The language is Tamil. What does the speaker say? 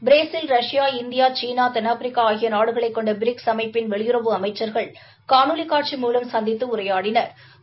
பிரேசில் ரஷ்யா இந்தியா சீனா தென்னாப்பிரிக்கா ஆகிய நாடுகளைக் கொண்ட பிரிக்ஸ் அமைப்பின் வெளியுறவு அமைச்சள்கள் காணொலி காட்சி மூலம் சந்தித்து உரையாடினா்